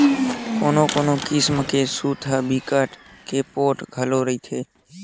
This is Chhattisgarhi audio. कोनो कोनो किसम के सूत ह बिकट के पोठ घलो रहिथे